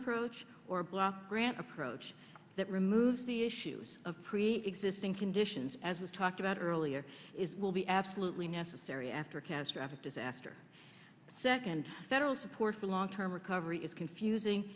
approach or block grant approach that removes the issues of preexisting conditions as was talked about earlier is will be absolutely necessary after a catastrophic disaster second federal support for long term recovery is confusing